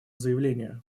заявление